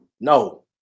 No